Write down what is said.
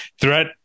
threat